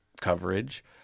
coverage